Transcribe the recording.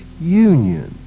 union